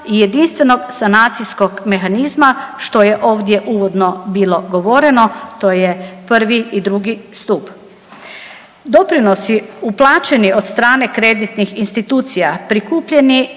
i jedinstvenog sanacijskog mehanizma što je ovdje uvodno bilo govoreno to je prvi i drugi stup. Doprinosi uplaćeni od strane kreditnih institucija prikupljeni